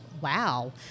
Wow